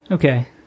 okay